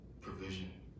provision